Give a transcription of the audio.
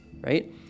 right